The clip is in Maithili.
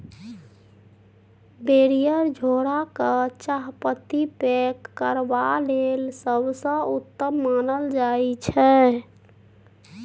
बैरिएर झोरा केँ चाहपत्ती पैक करबा लेल सबसँ उत्तम मानल जाइ छै